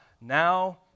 now